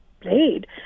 played